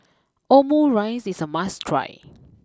Omurice is a must try